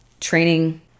training